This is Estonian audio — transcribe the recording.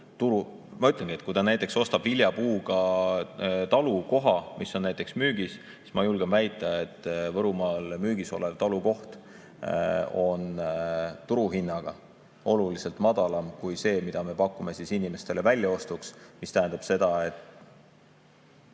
Ma ütlengi, et kui ta näiteks ostab viljapuudega talukoha, mis on müügis, siis ma julgen väita, et Võrumaal müügis oleva talukoha turuhind on oluliselt madalam kui see, mida me pakume inimestele väljaostuks. See tähendab seda, et